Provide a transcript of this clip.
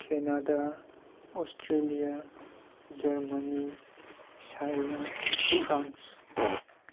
Canada Australia Germany China France